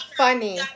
funny